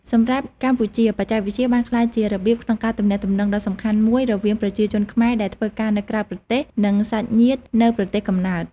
សម្រាប់កម្ពុជា បច្ចេកវិទ្យាបានក្លាយជារបៀបក្នុងការទំនាក់ទំនងដ៏សំខាន់មួយរវាងប្រជាជនខ្មែរដែលធ្វើការនៅក្រៅប្រទេស និងសាច់ញាតិនៅប្រទេសកំណើត។